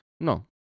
No